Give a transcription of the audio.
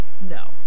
No